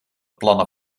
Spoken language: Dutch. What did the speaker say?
plannen